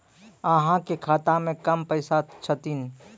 अहाँ के खाता मे कम पैसा छथिन?